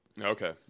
Okay